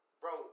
bro